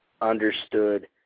understood